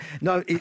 No